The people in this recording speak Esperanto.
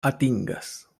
atingas